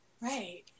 Right